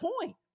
point